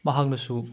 ꯃꯍꯥꯛꯅꯁꯨ